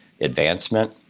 advancement